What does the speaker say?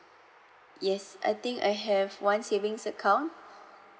yes I think I have one savings account